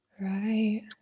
Right